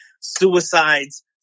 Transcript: suicides